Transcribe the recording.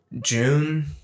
June